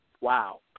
wow